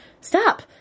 Stop